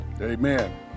Amen